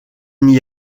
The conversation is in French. n’y